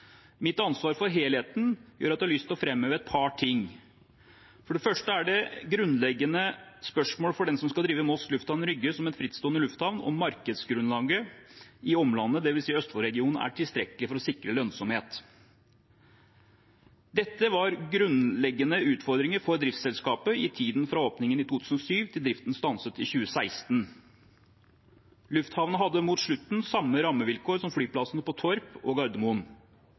Mitt ansvar for helheten gjør at jeg har lyst til å framheve et par ting. For det første er det grunnleggende spørsmålet for den som skal drive Moss lufthavn Rygge som en frittstående lufthavn, om markedsgrunnlaget i omlandet, dvs. Østfold-regionen, er tilstrekkelig for å sikre lønnsomhet. Dette var grunnleggende utfordringer for driftsselskapet i tiden fra åpningen i 2007 til driften stanset i 2016. Lufthavnen hadde mot slutten samme rammevilkår som flyplassene på Torp og Gardermoen,